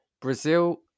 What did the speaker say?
Brazil